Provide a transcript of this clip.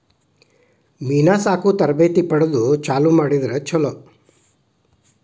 ಮೇನಾ ಸಾಕು ತರಬೇತಿ ಪಡದ ಚಲುವ ಮಾಡಿದ್ರ ಚುಲೊ